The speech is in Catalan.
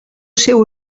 seu